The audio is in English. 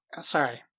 sorry